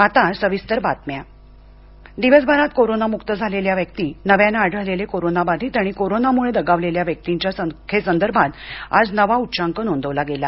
Covid स्थिती दिवसभरात corona मुक्त झालेल्या व्यक्ती नव्यानं आढळलेले कोरोना बाधित आणि कोरोना मुळे दगावलेल्या व्यक्तींच्या संख्ये संदर्भात आज नवा उच्चांक नोंदवला गेला